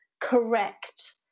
correct